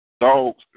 Dogs